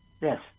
Yes